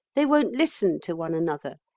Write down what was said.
they won't listen to one another.